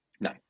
No